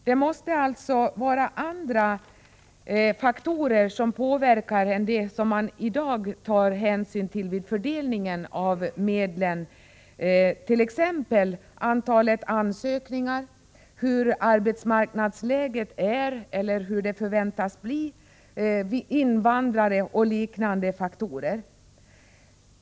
Även andra omständigheter måste alltså få inverka än vad man i dag tar hänsyn till vid fördelningen av medlen — antalet ansökningar, hur arbetsmarknadsläget är eller hur det förväntas bli, andelen invandrare och liknande faktorer.